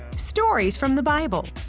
stories from the bible.